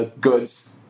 goods